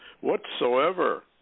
Whatsoever